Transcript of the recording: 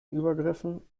übergriffen